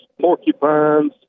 porcupines